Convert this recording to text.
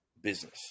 business